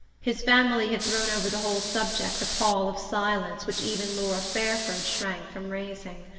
his family had thrown over the whole subject a pall of silence which even laura fairford shrank from raising.